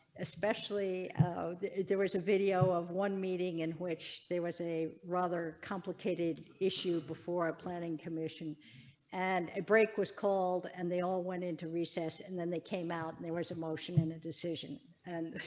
especially there there was a video of one meeting in which there was a rather complicated issue before i planning commission and a break was called and they all went into recess and then they came out and there was a motion in. a decision. and